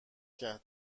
کرد